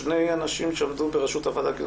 שני אנשים שעמדו בראשות הוועדה לקידום